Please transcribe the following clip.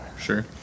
Sure